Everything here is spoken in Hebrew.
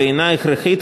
והיא הכרחית,